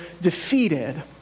defeated